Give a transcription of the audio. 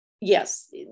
yes